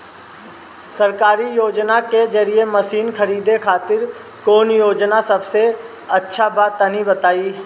सरकारी योजना के जरिए मशीन खरीदे खातिर कौन योजना सबसे अच्छा बा तनि बताई?